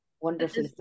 Wonderful